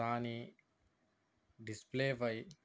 దాని డిస్ప్లే పై